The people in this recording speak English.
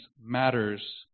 matters